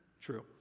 true